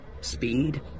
Speed